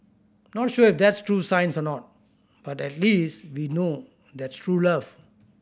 not sure if that's true science or not but at least we know that's true love